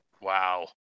Wow